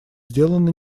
сделано